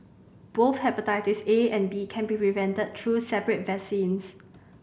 both hepatitis A and B can be prevented through separate vaccines